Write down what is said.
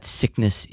sickness